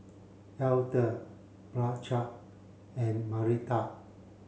Edla Blanchard and Marita